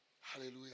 Hallelujah